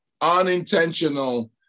Unintentional